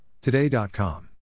Today.com